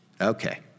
Okay